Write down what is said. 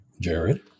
Jared